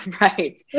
right